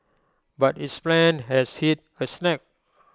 but its plan has hit A snag